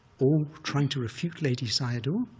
all trying to refute ledi sayadaw.